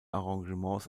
arrangements